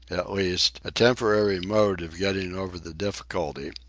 at least, a temporary mode of getting over the difficulty.